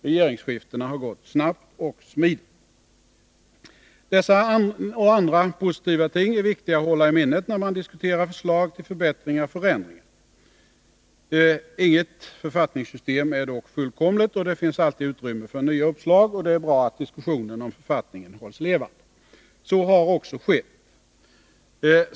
Regeringsskiftena har gått snabbt och smidigt. Dessa och andra positiva ting är viktiga att hålla i minnet när man diskuterar förslag till förbättringar och förändringar. Inget författningssystem är dock fullkomligt. Det finns alltid utrymme för nya uppslag, och det är bra att diskussionen om författningen hålls levande. Så har också skett.